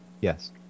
yes